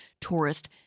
tourist